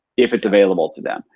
if it's available to them.